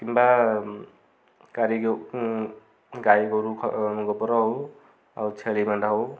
କିମ୍ବା କାରି ଗାଈ ଗୋରୁ ଗୋବର ହଉ ଆଉ ଛେଳି ନଣ୍ଡ ହଉ